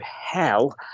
hell